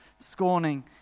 scorning